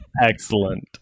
Excellent